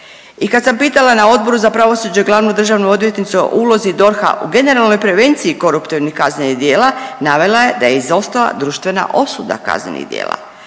I kad sam pitala na Odboru za pravosuđe glavnu državnu odvjetnicu o ulozi DORH-a u generalnoj prevenciji koruptivnih kaznenih djela navela je da je izostala društvena osuda kaznenih djela.